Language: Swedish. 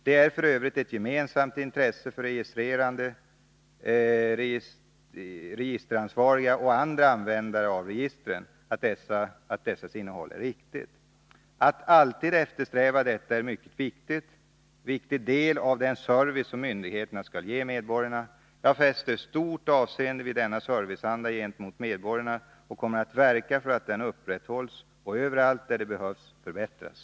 Det är f. ö. ett gemensamt intresse för registrerade, registeransvariga och andra användare av register att dessas innehåll är riktigt. Att alltid eftersträva detta är en mycket viktig del av den service som myndigheterna skall ge medborgarna. Jag fäster stort avseende vid denna serviceanda gentemot medborgarna och kommer att verka för att den upprätthålls och — överallt där det behövs — förbättras.